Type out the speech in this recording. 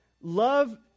love